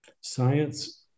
Science